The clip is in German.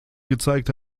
gezeigt